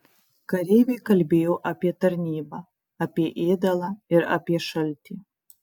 kareiviai kalbėjo apie tarnybą apie ėdalą ir apie šaltį